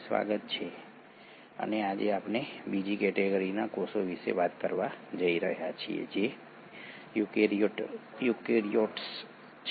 સ્વાગત છે અને આજે આપણે બીજી કેટેગરીના કોષો વિશે વાત કરવા જઈ રહ્યા છીએ જે યુકેરીયોટ્સ છે